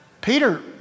Peter